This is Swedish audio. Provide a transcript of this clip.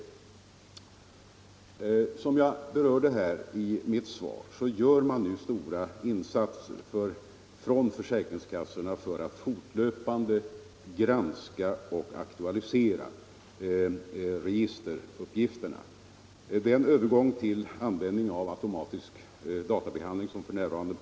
13 mars 1975 Som jag berörde i mitt svar gör man nu stora insatser från försäk= = ringskassorna för att fortlöpande granska och aktualisera registeruppgif — Om åtgärder för att terna. Den övergång till användning av automatisk databehandling som = förhindra rättsförf.n.